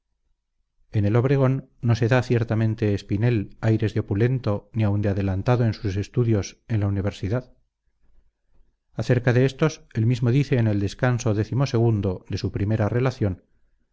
en el obregón no se da ciertamente espinel aires de opulento ni aun de adelantado en sus estudios en la universidad acerca de estos él mismo dice en el descanso xii de su primer relación